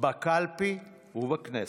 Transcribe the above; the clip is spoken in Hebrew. בקלפי ובכנסת.